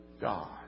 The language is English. God